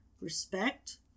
Respect